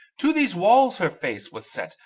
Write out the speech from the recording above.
to these walls her face was set,